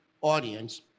audience